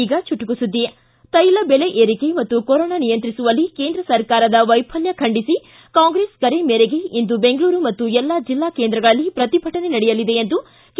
ಈಗ ಚುಟುಕು ಸುದ್ದಿ ತೈಲ ಬೆಲೆ ಏರಿಕೆ ಹಾಗೂ ಕೊರೊನ ನಿಯಂತ್ರಿಸುವಲ್ಲಿ ಕೇಂದ್ರ ಸರ್ಕಾರದ ವೈಫಲ್ಯ ಖಂಡಿಸಿ ಕಾಂಗ್ರೆಸ್ ಕರೆ ಮೇರೆಗೆ ಇಂದು ಬೆಂಗಳೂರು ಹಾಗೂ ಎಲ್ಲಾ ಜಿಲ್ಲಾ ಕೇಂದ್ರಗಳಲ್ಲಿ ಪ್ರತಿಭಟನೆ ನಡೆಯಲಿದೆ ಎಂದು ಕೆ